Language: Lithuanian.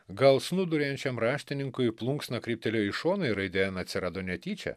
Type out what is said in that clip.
gal snūduriuojančiam raštininkui plunksna kryptelėjo į šoną ir raidė en atsirado netyčia